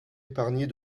épargnée